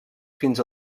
fins